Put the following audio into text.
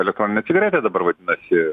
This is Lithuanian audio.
elektroninė cigaretė dabar vadinasi